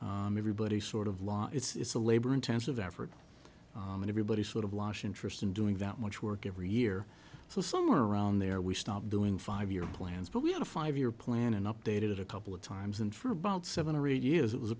everybody sort of law it's a labor intensive effort and everybody sort of lost interest in doing that much work every year so somewhere around there we stopped doing five year plans but we had a five year plan and updated it a couple of times and for about seven or eight years it was a